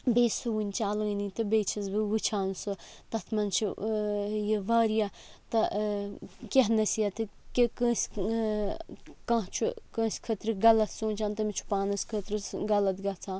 بیٚیہِ چھِ وُنہِ چَلٲنی تہِ بیٚیہِ چھَس بہٕ وُچھان سُہ تَتھ منٛز چھُ یہِ تہٕ واریاہ کیٚنٛہہ نصیٖحت کہِ کٲنٛسہِ کانٛہہ چھُ کٲنٛسہِ خٲطرٕ غلط سونچان تٔمِس چھِ پانَس خٲطرٕ سُہ غلط گَژھان